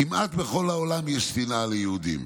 כמעט בכל העולם יש שנאה ליהודים,